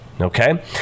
Okay